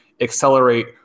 accelerate